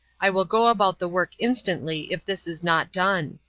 i will go about the work instantly, if this is not done!